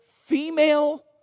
female